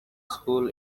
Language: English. school